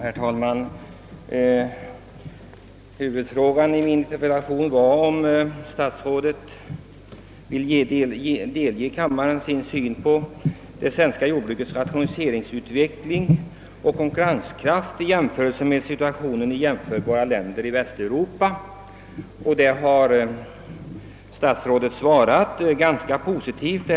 Herr talman! Huvudfrågan i min interpellation var, om statsrådet ville delge kammaren sin syn på det svenska jordbrukets rationaliseringsutveckling och konkurrenskraft i förhållande till situationen i jämförbara länder i Västeuropa. På detta har statsrådet svarat ganska positivt.